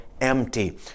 empty